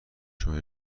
شما